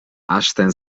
hasten